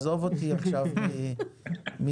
עזוב אותי עכשיו מהסקירה.